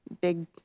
big